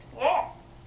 yes